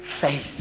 faith